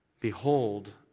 Behold